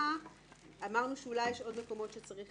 אצלי רשום שצריך